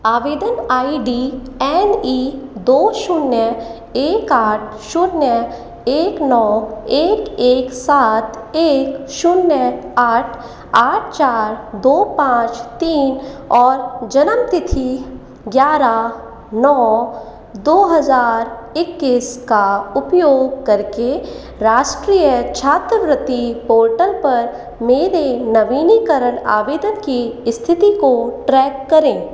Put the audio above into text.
आवेदन I D N E दो शून्य एक आठ शून्य एक नौ एक एक सात एक शून्य आठ आठ चार पाँच तीन और जन्म तिथि ग्यारह नौ दो हज़ार इक्कीस का उपयोग करके राष्ट्रीय छात्रवृत्ति पोर्टल पर मेरे नवीनीकरण आवेदन की स्थिति को ट्रैक करें